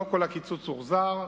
לא כל הקיצוץ הוחזר,